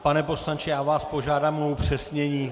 Pane poslanče, já vás požádám o upřesnění.